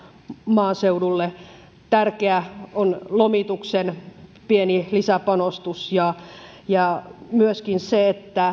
maaseudulle tärkeää on lomituksen pieni lisäpanostus ja ja myöskin se